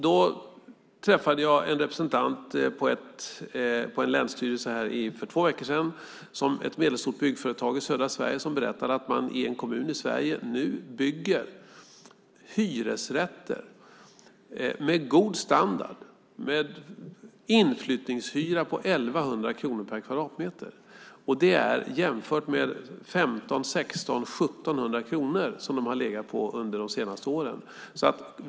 För två veckor sedan träffade jag på en länsstyrelse en representant för ett medelstort byggföretag i södra Sverige som berättade att man i en kommun i Sverige nu bygger hyresrätter med god standard med en inflyttningshyra på 1 100 kronor per kvadratmeter. Det ska jämföras med de 1 500, 1 600 eller 1 700 kronor som de har legat på under de senaste åren.